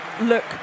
look